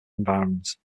environs